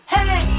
Hey